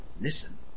listen